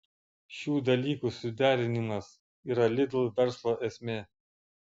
šių dalykų suderinimas yra lidl verslo esmė